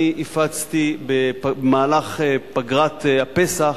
אני הפצתי במהלך פגרת הפסח